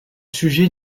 sujets